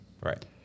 Right